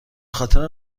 خاطر